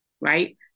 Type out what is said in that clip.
right